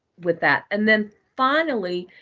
with that. and then finally,